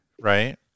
right